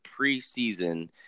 preseason